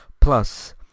Plus